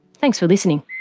thanks for listening